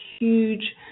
huge